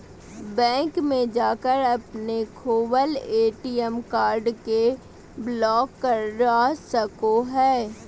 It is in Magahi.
बैंक में जाकर अपने खोवल ए.टी.एम कार्ड के ब्लॉक करा सको हइ